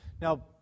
Now